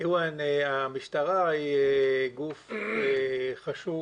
המשטרה היא גוף חשוב